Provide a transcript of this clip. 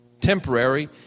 temporary